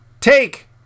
Take